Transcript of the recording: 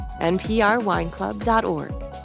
nprwineclub.org